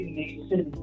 nation